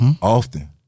often